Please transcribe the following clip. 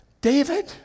David